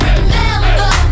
Remember